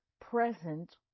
present